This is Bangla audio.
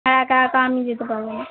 হ্যাঁ এক একা আমি যেতে পারবো না